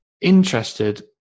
interested